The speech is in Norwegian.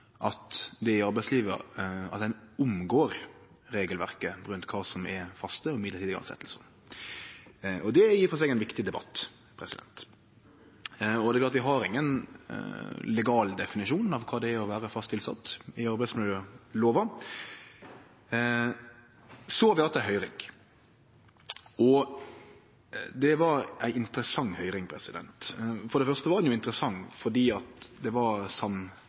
at arbeidslivet omgår regelverket for kva som er fast og mellombels tilsetjing. Det er i og for seg ein viktig debatt. Vi har ingen legal definisjon i arbeidsmiljølova av kva det er å vere fast tilsett. Vi har hatt ei høyring – og det var ei interessant høyring. For det første var ho interessant fordi det var